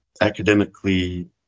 academically